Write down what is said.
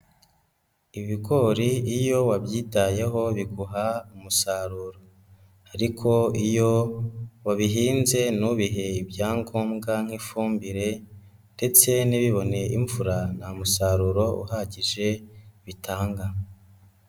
Ibigori iyo wabyitayeho biguha umusaruro ariko iyo wabihinze ntubihe ibyangombwa nk'ifumbire ndetse ntibibone imvura nta musaruro uhagije bitanga.